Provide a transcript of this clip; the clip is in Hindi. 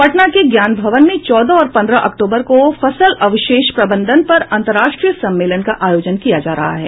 पटना के ज्ञान भवन में चौदह और पंद्रह अक्टूबर को फसल अवशेष प्रबंधन पर अंतर्राष्ट्रीय सम्मेलन का आयोजन किया जा रहा है